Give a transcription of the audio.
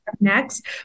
next